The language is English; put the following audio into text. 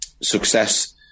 success